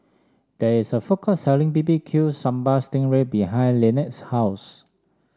there is a food court selling B B Q Sambal Sting Ray behind Lynnette's house